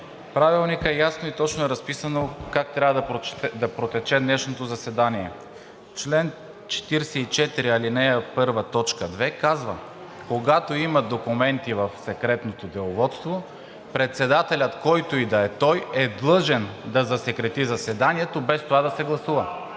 Правилника ясно и точно е разписано как трябва да протече днешното заседание. Член 44, ал. 1, т. 2 казва: „Когато има документи в Секретното деловодство, председателят – който и да е той, е длъжен да засекрети заседанието, без това да се гласува.“